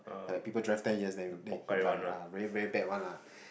the people drive ten years them came by ah very very bad one lah